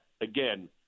Again